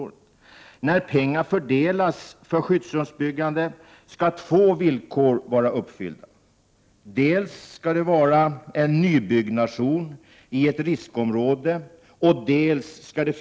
Den kan också öka sårbarheten vid kriser och i krig.